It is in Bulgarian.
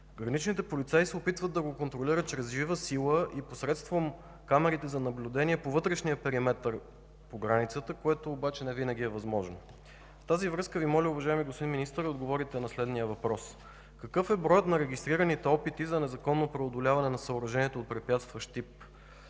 Граничните полицаи се опитват да го контролират чрез жива сила и посредством камерите за наблюдение по вътрешния периметър по границата, което обаче невинаги е възможно. В тази връзка Ви моля, уважаеми господин Министър, да отговорите на следния въпрос: какъв е броят на регистрираните опити за незаконно преодоляване на съоръжението от препятстващ тип